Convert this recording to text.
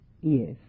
Yes